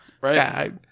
Right